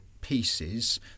pieces